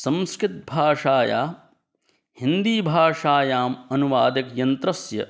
संस्कृतभाषायाः हिन्दिभाषायाम् अनुवादक्यन्त्रस्य